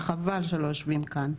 וחבל שלא יושבים כאן,